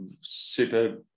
super